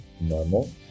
normal